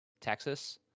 Texas